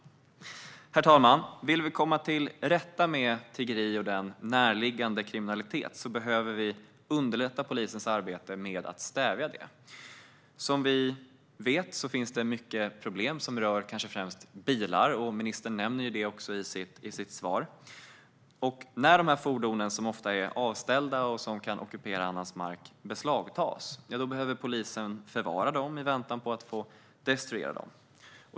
Herr talman! Vill vi komma till rätta med tiggeriet och den närliggande kriminaliteten behöver vi underlätta polisens arbete med att stävja det. Som vi vet rör många problem bilar, vilket ministern också nämner i sitt svar. När dessa fordon, som ofta är avställda och kanske ockuperar annans mark, beslagtas behöver polisen förvara dem i väntan på att få destruera dem.